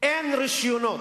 אין רשיונות,